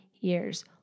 years